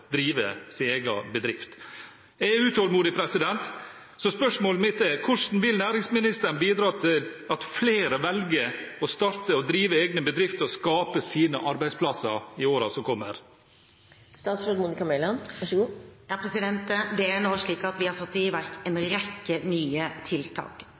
drive sin egen bedrift. Jeg er utålmodig, så spørsmålet mitt er: Hvordan vil næringsministeren bidra til at flere velger å starte og drive egne bedrifter og skape sine arbeidsplasser i årene som kommer? Vi har satt i verk en rekke nye tiltak,